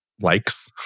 likes